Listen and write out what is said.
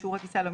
כבר